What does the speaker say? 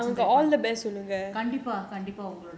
அதுல எல்லாம் வந்து அவங்க:athula ellaam vanthu avanga